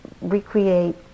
recreate